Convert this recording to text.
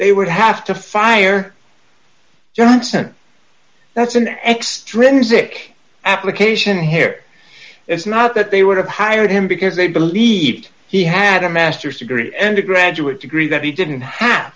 they would have to fire johnson that's an extreme music application here it's not that they would have hired him because they believed he had a master's degree and a graduate degree that he didn't have